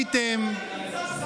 ואתם מדברים על